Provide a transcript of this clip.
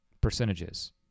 percentages